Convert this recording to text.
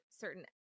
certain